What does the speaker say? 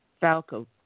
Falco